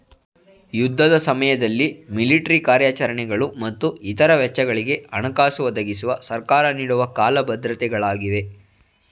ಯುದ್ಧದ ಸಮಯದಲ್ಲಿ ಮಿಲಿಟ್ರಿ ಕಾರ್ಯಾಚರಣೆಗಳು ಮತ್ತು ಇತ್ರ ವೆಚ್ಚಗಳಿಗೆ ಹಣಕಾಸು ಒದಗಿಸುವ ಸರ್ಕಾರ ನೀಡುವ ಕಾಲ ಭದ್ರತೆ ಗಳಾಗಿವೆ